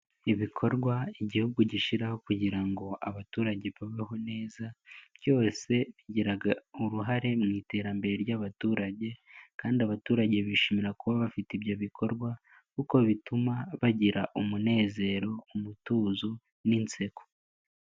Ibikorwa igihugu gishyiraho kugira ngo abaturage babeho neza, byose bigira uruhare mu iterambere ry'abaturage, kandi abaturage bishimira kuba bafite ibyo bikorwa kuko bituma bagira umunezero, umutuzo, n'inseko.